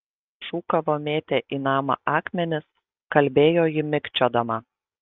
šūkavo mėtė į namą akmenis kalbėjo ji mikčiodama